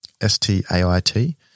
S-T-A-I-T